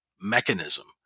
mechanism